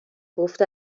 گفت